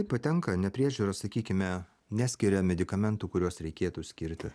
patenka nepriežiūra sakykime neskiria medikamentų kuriuos reikėtų skirti